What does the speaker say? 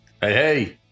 hey